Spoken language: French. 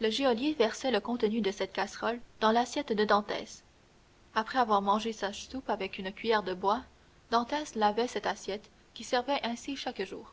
le geôlier versa le contenu de cette casserole dans l'assiette de dantès après avoir mangé sa soupe avec une cuiller de bois dantès lavait cette assiette qui servait ainsi chaque jour